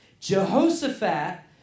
Jehoshaphat